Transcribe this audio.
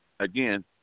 again